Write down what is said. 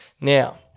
Now